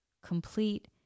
complete